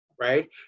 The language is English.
right